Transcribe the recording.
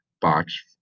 box